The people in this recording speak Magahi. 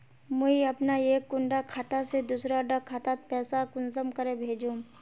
मुई अपना एक कुंडा खाता से दूसरा डा खातात पैसा कुंसम करे भेजुम?